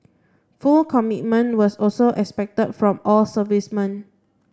full commitment was also expect from all servicemen